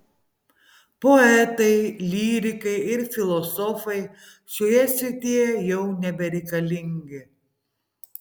poetai lyrikai ir filosofai šioje srityje jau nebereikalingi